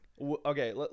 okay